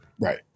Right